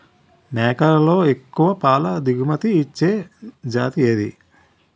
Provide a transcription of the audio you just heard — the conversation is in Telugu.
మేకలలో ఎక్కువ పాల దిగుమతి ఇచ్చే జతి ఏది?